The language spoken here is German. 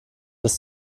ist